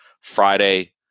Friday